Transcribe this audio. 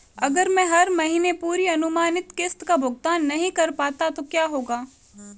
अगर मैं हर महीने पूरी अनुमानित किश्त का भुगतान नहीं कर पाता तो क्या होगा?